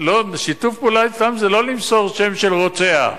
שיתוף פעולה אצלם זה לא למסור שם של רוצח.